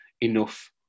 enough